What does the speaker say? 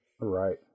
Right